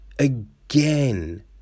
Again